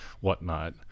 whatnot